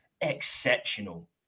exceptional